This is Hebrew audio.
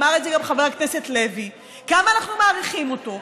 אמר את זה גם חבר הכנסת לוי כמה אנחנו מעריכים אותו,